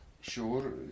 Sure